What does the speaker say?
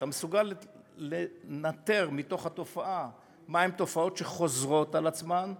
אתה מסוגל לנטר מתוך התופעה מה הן התופעות שחוזרות על עצמן,